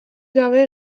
gabe